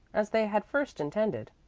as they had first intended,